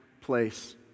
place